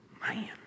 Man